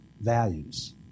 values